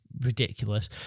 ridiculous